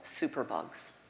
superbugs